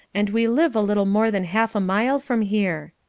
and we live a little more than half a mile from here.